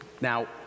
Now